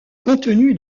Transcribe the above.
contenu